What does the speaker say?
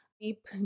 deep